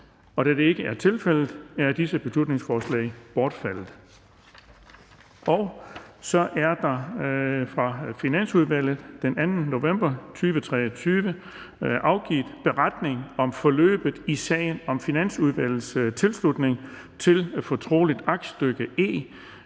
Da det ikke er tilfældet, er beslutningsforslagene bortfaldet. Finansudvalget har den 2. november 2023 afgivet beretning om forløbet i sagen om Finansudvalgets tilslutning til fortroligt aktstykke E